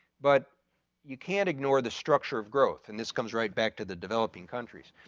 but you can't ignore the structure of growth and this comes right back to the developing countries.